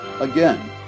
Again